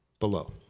below.